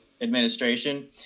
administration